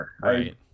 Right